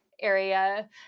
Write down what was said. area